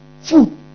food